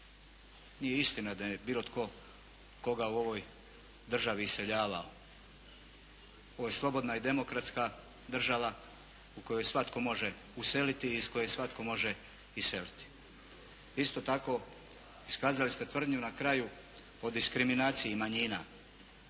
Nije istina da je bilo tko koga u ovoj državi iseljavao. Ovo je slobodna i demokratska država u kojoj svatko može useliti i iz koje svatko može iseliti. Isto tako, iskazali ste tvrdnju na kraju o diskriminaciji manjina.